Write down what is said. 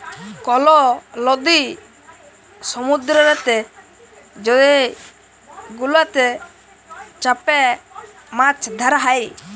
call লদি সমুদ্দুরেতে যে গুলাতে চ্যাপে মাছ ধ্যরা হ্যয়